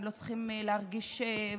הם לא צריכים להרגיש בדידות,